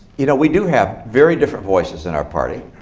you know we do have very different voices in our party.